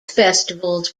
festivals